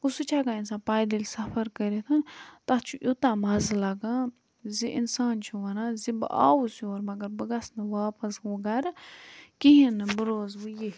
گوٚو سُہ چھُ ہیٚکان اِنسان پایدٔلۍ سفر کٔرِتھ تَتھ چھُ یوٗتاہ مَزٕ لَگان زِ اِنسان چھُ وَنان زِ بہٕ آوُس یور مگر بہٕ گژھنہٕ واپَس وۄنۍ گھرٕ کِہیٖنۍ نہٕ بہٕ روزٕ وۄنۍ ییٚتۍ